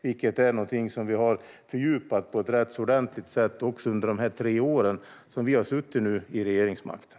Det är någonting som vi har fördjupat på ett rätt ordentligt sätt under de tre år som vi nu har suttit vid regeringsmakten.